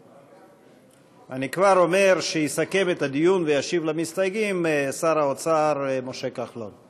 אני כבר אומר שיסכם את הדיון וישיב למסתייגים שר האוצר משה כחלון.